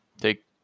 take